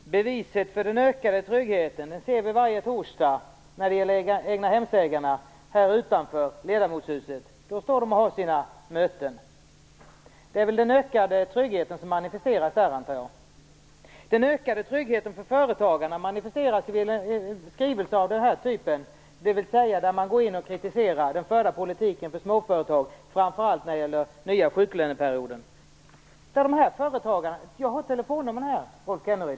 Fru talman! Beviset för den ökade tryggheten ser vi varje torsdag när det gäller egnahemsägarna här utanför Ledamotshuset, där de står och har sina möten. Det är väl den ökade tryggheten som manifesteras där, antar jag! Den ökade tryggheten för företagarna manifesteras i skrivelser av den typ jag nu håller i min hand, dvs. där man kritiserar den förda politiken för småföretag, framför allt när det gäller den nya sjuklöneperioden. Jag har telefonnumren här, Rolf Kenneryd.